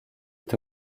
est